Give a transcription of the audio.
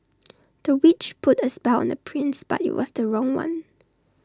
the witch put A spell on the prince but IT was the wrong one